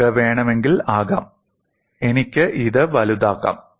നിങ്ങൾക്ക് വേണമെങ്കിൽ ആകാം എനിക്ക് ഇത് വലുതാക്കാം